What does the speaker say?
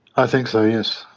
i think so, yes,